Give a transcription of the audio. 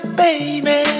baby